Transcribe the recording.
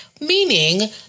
Meaning